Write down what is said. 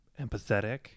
empathetic